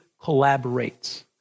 collaborates